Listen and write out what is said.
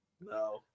No